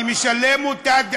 אני משלם אותה,